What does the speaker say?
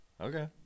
okay